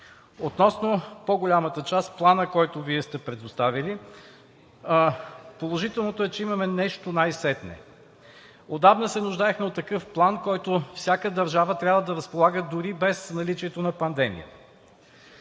Относно по-голямата част – Планът, който Вие сте предоставили. Положителното е, че имаме нещо най-сетне. Отдавна се нуждаехме от такъв план, с който всяка държава трябва да разполага, дори без наличието на пандемия.